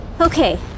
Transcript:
Okay